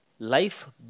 Life